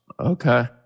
Okay